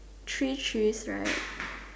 three choose right